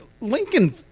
Lincoln